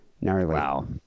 Wow